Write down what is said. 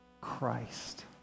Christ